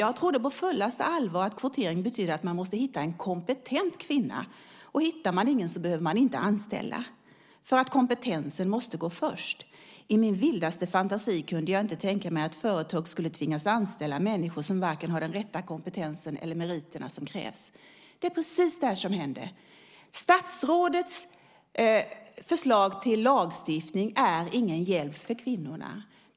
Jag trodde på fullaste allvar att kvotering betydde att man måste hitta en KOMPETENT kvinna och hittar man ingen så behöver man inte anställa en kvinna. För att kompetensen måste gå först. I min vildaste fantasi kunde jag inte tänka mig att företag skulle tvingas anställa människor som varken har den rätta kompetensen eller meriterna som krävs." Det är precis det här som händer. Statsrådets förslag till lagstiftning är ingen hjälp för kvinnorna.